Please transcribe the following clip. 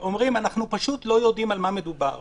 אומרים: אנחנו פשוט לא יודעים על מה מדובר,